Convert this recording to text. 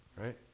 Right